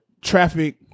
traffic